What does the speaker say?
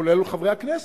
כולל חברי הכנסת.